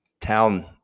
town